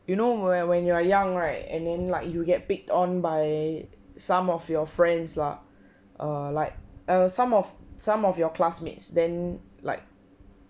you know where when you are young right and then like you get picked on by some of your friends lah err like uh some of some of your classmates then like